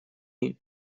dni